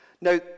Now